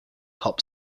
pop